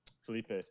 Felipe